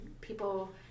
people